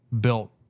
built